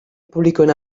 publikoen